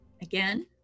Again